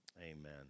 amen